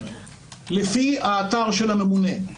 לפי האתר של הממונה,